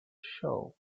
show